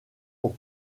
pour